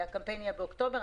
הקמפיין יהיה באוקטובר.